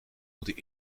moeten